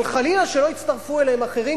אבל חלילה שלא יצטרפו אליהם אחרים,